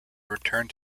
returned